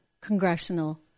congressional